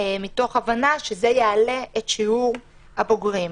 מתוך הבנה שזה יעלה את שיעור הבוגרים.